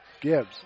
Gibbs